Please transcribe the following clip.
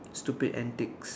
stupid antics